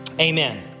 amen